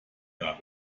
gab